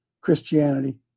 Christianity